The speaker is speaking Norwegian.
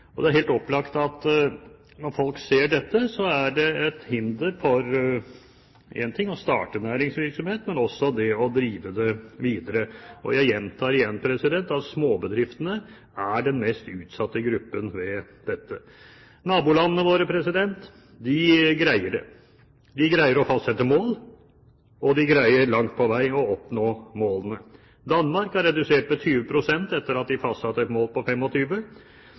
Det er helt opplagt at når folk ser dette, er det et hinder for for det ene å starte næringsvirksomhet, men også for å drive det videre. Og jeg gjentar igjen at småbedriftene er den mest utsatte gruppen i forhold til dette. Nabolandene våre greier det. De greier å fastsette mål, og de greier langt på vei å oppnå målene. Danmark har redusert med 20 pst., etter at de fastsatte et mål på